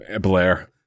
blair